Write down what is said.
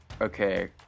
Okay